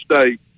state